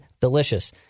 delicious